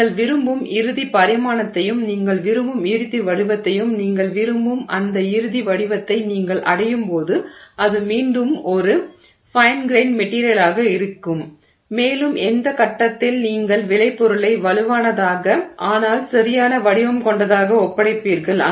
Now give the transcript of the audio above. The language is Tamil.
நீங்கள் விரும்பும் இறுதி பரிமாணத்தையும் நீங்கள் விரும்பும் இறுதி வடிவத்தையும் நீங்கள் விரும்பும் அந்த இறுதி வடிவத்தை நீங்கள் அடையும்போது அது மீண்டும் ஒரு ஃபைன் கிரெய்ன் மெட்டிரியலாக இருக்கும் மேலும் எந்த கட்டத்தில் நீங்கள் விளைபொருளை வலுவானதாக ஆனால் சரியான வடிவம் கொண்டதாக ஒப்படைப்பீர்கள்